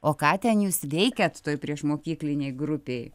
o ką ten jūs veikiat toj priešmokyklinėj grupėj